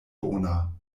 bona